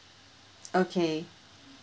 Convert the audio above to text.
okay